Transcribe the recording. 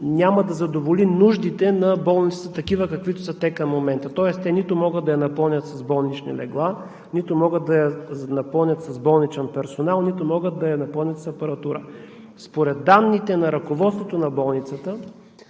няма да задоволи нуждите на болницата такива, каквито са те към момента. Тоест те нито могат да я напълнят с болнични легла, нито могат да я напълнят с болничен персонал, нито могат да я напълнят с апаратура. Според данните на ръководството на болницата